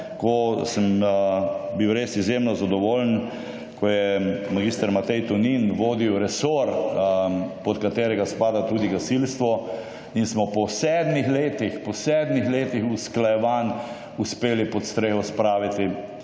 ko sem bil res izjemno zadovoljen, ko je mag. Matej Tonin vodil resor, pod katerega spada tudi gasilstvo in smo po sedmih letih usklajevanj uspeli pod streho praviti